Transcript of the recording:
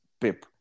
Pep